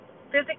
physically